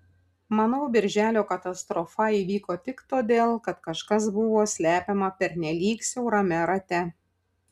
manau birželio katastrofa įvyko tik todėl kad kažkas buvo slepiama pernelyg siaurame rate